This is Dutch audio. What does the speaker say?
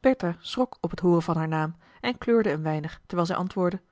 bertha schrok op t hooren van haar naam en kleurde een weinig terwijl zij antwoordde